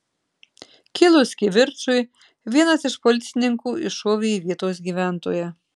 kilus kivirčui vienas iš policininkų iššovė į vietos gyventoją